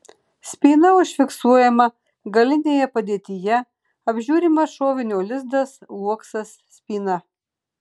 spyna užfiksuojama galinėje padėtyje apžiūrimas šovinio lizdas uoksas spyna